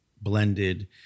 blended